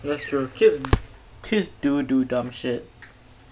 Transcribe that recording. that's true kiss kiss to do dumb shit